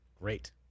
Great